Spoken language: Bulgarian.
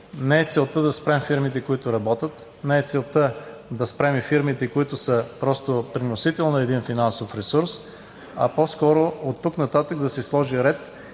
Не е целта да спрем фирмите, които работят; не е целта да спрем и фирмите, които са просто преносител на един финансов ресурс, а по-скоро оттук нататък да се сложи ред